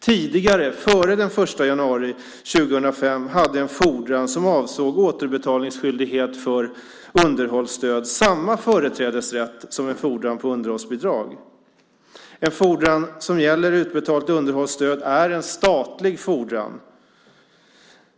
Tidigare, före den 1 januari 2005, hade en fordran som avsåg återbetalningsskyldighet för underhållsstöd samma företrädesrätt som en fordran på underhållsbidrag. En fordran som gäller utbetalt underhållsstöd är en statlig fordran.